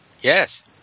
Yes